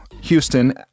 Houston